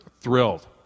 thrilled